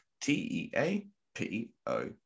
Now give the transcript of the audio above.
T-E-A-P-O